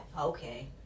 okay